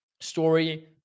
story